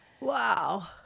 Wow